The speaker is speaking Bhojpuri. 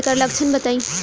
एकर लक्षण बताई?